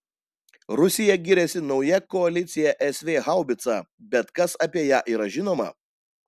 rusija giriasi nauja koalicija sv haubica bet kas apie ją yra žinoma